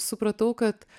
supratau kad